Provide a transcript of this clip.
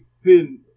thin